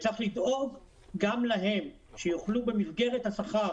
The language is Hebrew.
וצריך לדאוג גם להם שיוכלו במסגרת השכר